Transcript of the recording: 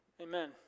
Amen